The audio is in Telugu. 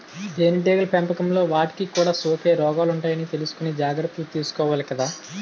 తేనెటీగల పెంపకంలో వాటికి కూడా సోకే రోగాలుంటాయని తెలుసుకుని జాగర్తలు తీసుకోవాలి కదా